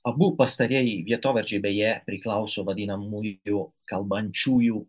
abu pastarieji vietovardžiai beje priklauso vadinamųjų kalbančiųjų